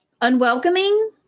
unwelcoming